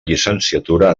llicenciatura